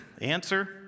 Answer